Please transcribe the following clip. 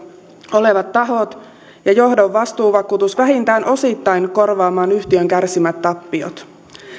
olevat tahot ja johdon vastuuvakuutus vähintään osittain korvaamaan yhtiön kärsimät tappiot